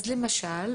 אז למשל,